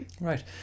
Right